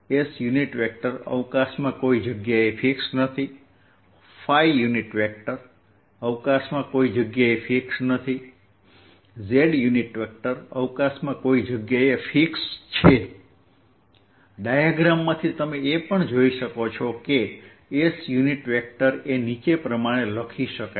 એટલે કે S અવકાશમાં કોઈ જગ્યાએ ફિક્સ નથી અવકાશમાં કોઈ જગ્યાએ ફિક્સ નથી Z અવકાશમાં કોઈ જગ્યાએ ફિક્સ છે ડાયાગ્રામમાંથી તમે એ પણ જોઈ શકો છો કે S યુનિટ વેક્ટર એ cosϕ xsinϕ y લખી શકાય